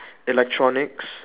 electronics